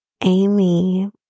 Amy